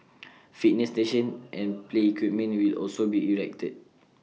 fitness stations and play equipment will also be erected